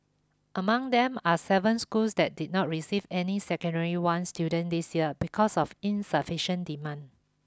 among them are seven schools that did not receive any secondary one students this year because of insufficient demand